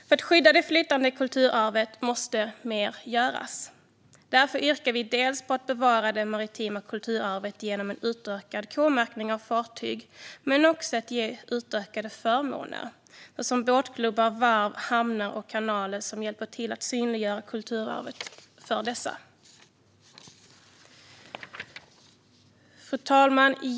För att skydda det flytande kulturarvet måste mer göras. Därför yrkar vi dels på att bevara det maritima kulturarvet genom en utökad k-märkning av fartyg, dels på att ge utökade förmåner för dessa, såsom båtklubbar, varv, hamnar och kanaler som hjälper till att synliggöra kulturarvet. Fru talman!